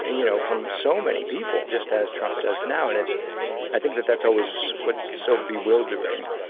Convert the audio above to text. and you know, from so many people, just as trump does now. and it's i think that that's always what so bewildering.